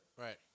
Right